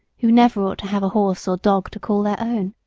who never ought to have a horse or dog to call their own.